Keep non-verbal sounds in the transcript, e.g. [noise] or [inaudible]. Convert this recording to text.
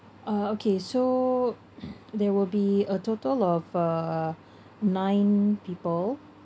uh okay so [noise] there will be a total of uh nine people